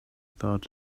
thought